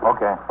Okay